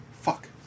Fuck